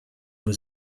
was